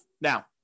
Now